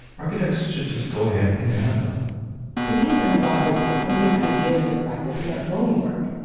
architects should just go ahead and add them denise and robert put some of these ideas into practice in their own work.